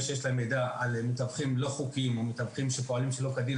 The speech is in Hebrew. שיש להם מידע על מתווכים לא חוקיים או מתווכים שפועלים שלא כדין,